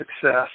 success